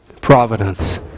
providence